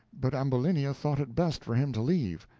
but ambulinia thought it best for him to leave,